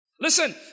Listen